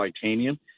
titanium